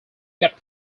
get